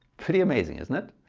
pretty amazing, isn't it?